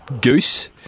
goose